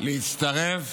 להצטרף